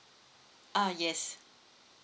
uh yes